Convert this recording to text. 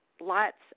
lots